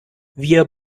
wir